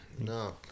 no